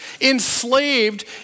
enslaved